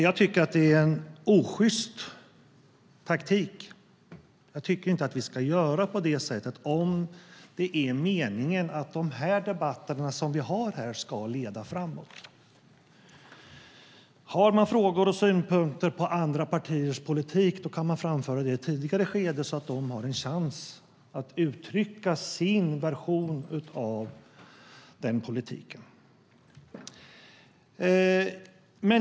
Jag tycker att det är en osjyst taktik. Jag tycker inte att vi ska göra på det sättet om det är meningen att de debatter vi har här ska leda framåt. Har man frågor och synpunkter på andra partiers politik kan man framföra dem i ett tidigare skede så att de har en chans att uttrycka sin version av denna politik.